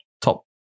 top